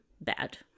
bad